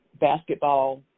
basketball